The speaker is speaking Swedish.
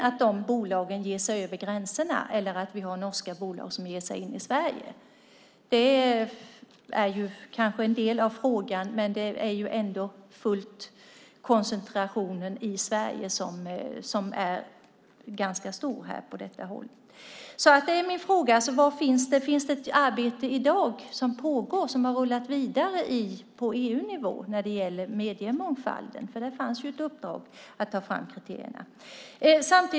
Att de bolagen ger sig över gränserna eller att norska bolag ger sig in i Sverige är kanske en del av frågan, men nu gäller det koncentrationen i Sverige, som är ganska stor. Min fråga är alltså: Pågår det i dag ett arbete som har rullat vidare på EU-nivå när det gäller mediemångfalden? Det fanns ju ett uppdrag att ta fram kriterierna.